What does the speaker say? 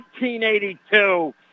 1982